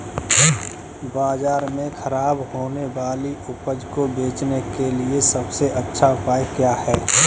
बाजार में खराब होने वाली उपज को बेचने के लिए सबसे अच्छा उपाय क्या है?